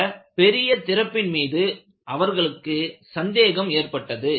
இந்த பெரிய திறப்பின் மீது அவர்களுக்கு சந்தேகம் ஏற்பட்டது